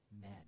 men